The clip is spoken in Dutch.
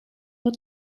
het